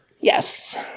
Yes